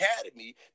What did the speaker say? academy